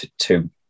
two